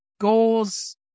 goals